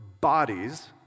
bodies